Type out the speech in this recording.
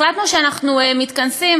החלטנו שאנחנו מתכנסים,